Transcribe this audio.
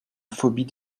phobie